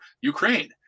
Ukraine